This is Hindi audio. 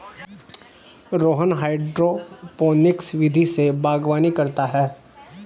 रोहन हाइड्रोपोनिक्स विधि से बागवानी करता है